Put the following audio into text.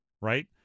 right